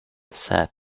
sad